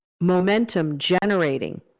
momentum-generating